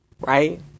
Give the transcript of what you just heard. right